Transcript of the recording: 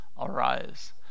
arise